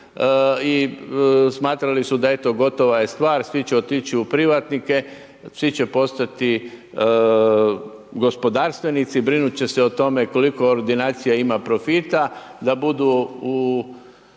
i smatrali su da eto gotova je stvar, svi će otići u privatnike, svi će postati gospodarstvenici, brinut će se o tome koliko ordinacija ima profita da budu u